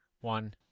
one